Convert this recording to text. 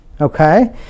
okay